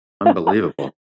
Unbelievable